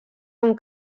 amb